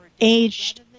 aged